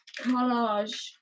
collage